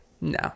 no